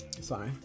sorry